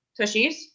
tushies